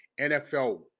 NFL